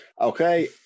Okay